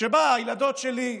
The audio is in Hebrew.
שבה הילדות שלי,